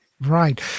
Right